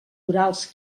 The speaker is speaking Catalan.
orals